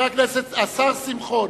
השר שמחון,